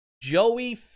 joey